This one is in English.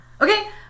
Okay